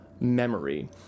memory